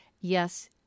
Yes